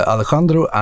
Alejandro